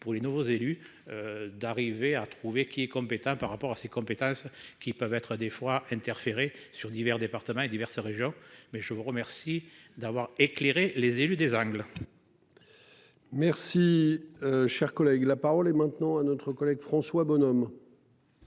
pour les nouveaux élus. D'arriver à trouver qui est compétent par rapport à ses compétences qui peuvent être des fois interférer sur divers départements et diverses régions mais je vous remercie d'avoir éclairé les élus des angles. Merci. Cher collègue, la parole est maintenant à notre collègue François Bonhomme.